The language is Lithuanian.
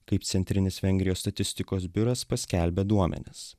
kaip centrinis vengrijos statistikos biuras paskelbė duomenis